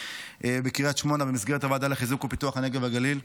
בקריית שמונה במסגרת הוועדה לפיתוח הנגב והגליל.